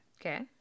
Okay